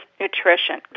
nutrition